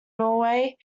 norway